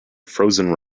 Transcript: frozen